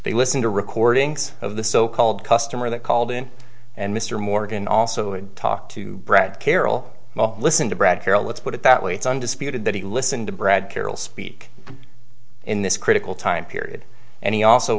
they listen to recordings of the so called customer that called in and mr morgan also did talk to bret carroll well listen to brad carroll let's put it that way it's undisputed that he listened to brad carroll speak in this critical time period and he also